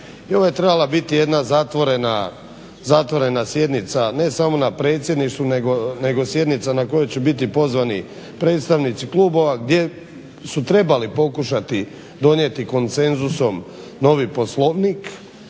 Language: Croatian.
i ovo je trebala biti jedna zatvorena sjednica ne samo na Predsjedništvu nego sjednica na kojoj će biti pozvani predstavnici klubova gdje su trebali pokušati donijeti konsenzusom novi Poslovnik.